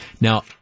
now